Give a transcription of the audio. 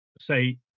say